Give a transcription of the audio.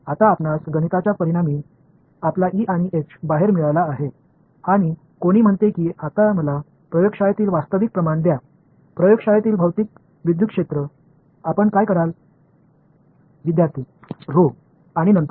இப்போது உங்கள் E மற்றும் H ஒரு கணக்கீட்டின் விளைவாக வெளிவந்துள்ளது யாரோ ஒருவர் இப்போது ஆய்வகத்தில் உண்மையான அளவு ஆய்வகத்தில் உள்ள பிஸிக்கல் மின்சார புலம் எனக்குக் கொடுங்கள் என்று கூறுகிறார் நீங்கள் என்ன செய்வீர்கள்